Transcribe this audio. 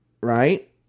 right